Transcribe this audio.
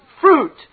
fruit